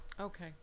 Okay